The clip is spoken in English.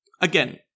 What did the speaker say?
again